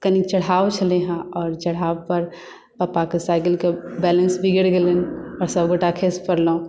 कनि चढ़ाव छलै हेँ आओर चढ़ावपर पापाकेँ साईकिलकेँ बैलेन्स बिगड़ि गेलनि आ सभ गोटा खसि पड़लहुँ